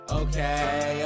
okay